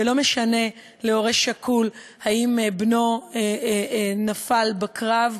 ולא משנה להורה שכול אם בנו נפל בקרב,